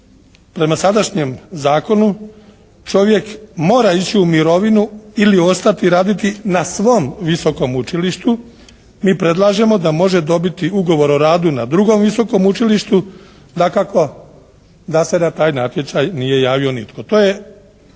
prema sadašnjem zakonu čovjek mora ići u mirovinu ili ostati raditi na svom visokom učilištu. Mi predlažemo da može dobiti ugovor o radu na drugom visokom učilištu. Dakako, da se na taj natječaj nije javio nitko.